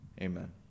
Amen